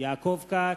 יעקב כץ,